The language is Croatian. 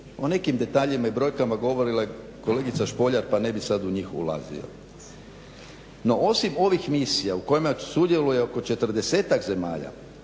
O nekim detaljima i brojkama govorila je kolegica Špoljar pa ne bih sad u njih ulazio. No osim ovih misija u kojima sudjeluje oko 40-ak zemalja